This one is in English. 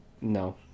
no